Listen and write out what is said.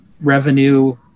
revenue